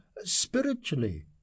spiritually